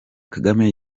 kagame